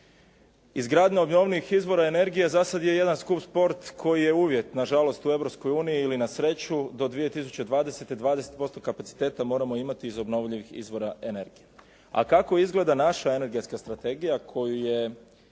Izgradnja obnovljivih izvora energije za sad je jedan skup sport koji je uvjet na žalost u Europskoj uniji ili na sreću. Do 2020. 20% kapaciteta moramo imati iz obnovljivih izvora energije. A kako izgleda naša energetska strategija koju je